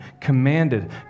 commanded